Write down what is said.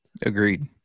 agreed